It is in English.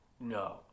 No